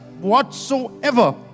whatsoever